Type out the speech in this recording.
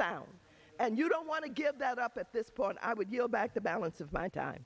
sound and you don't want to give that up at this point i would yield back the balance of my time